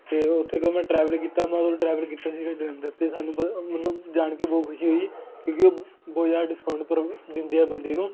ਅਤੇ ਉਹ ਉੱਥੇ ਤੋਂ ਮੈਂ ਟਰੈਵਲ ਕੀਤਾ ਮੈਂ ਉਦੋਂ ਟਰੈਵਰ ਕੀਤਾ ਸੀਗਾ ਜਲੰਧਰ ਅਤੇ ਸਾਨੂੰ ਮੈਨੂੰ ਜਾਣ ਕੇ ਬਹੁਤ ਖੁਸ਼ੀ ਹੋਈ ਕਿਉਂਕਿ ਉਹ ਬਹੁਤ ਜ਼ਿਆਦਾ ਡਿਸਕਾਊਂਟ ਪਰ ਦਿੰਦੇ ਆ ਬੰਦੇ ਨੂੰ